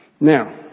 Now